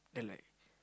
then like